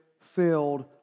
filled